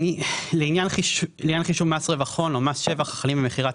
לעניין חישוב מס רווח הון או מס שבח החלים במכירת